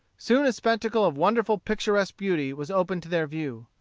soon a spectacle of wonderful picturesque beauty was opened to their view.